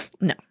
no